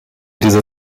diese